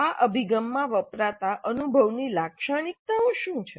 આ અભિગમમાં વપરાતા અનુભવની લાક્ષણિક્તાઓ શું છે